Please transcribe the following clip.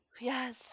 Yes